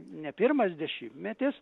ne pirmas dešimtmetis